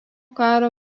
karo